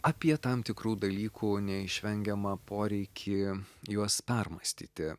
apie tam tikrų dalykų neišvengiamą poreikį juos permąstyti